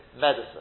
Medicine